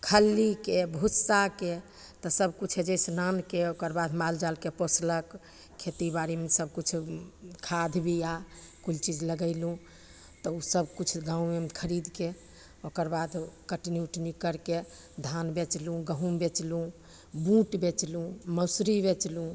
खल्लीके भुस्साके तऽ सबकिछु हइ जाहिसे आनि ओकर बाद मालजालके पोसलक खेतीबाड़ीमे सबकिछु खाद बीआ कोइ चीज लगेलहुँ तऽ ओ सबकिछु गामेमे खरिदके ओकर बाद कटनी उटनी करिके धान बेचलहुँ गहूम बेचलहुँ बूट बेचलहुँ मौसरी बेचलहुँ